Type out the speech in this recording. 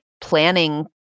planning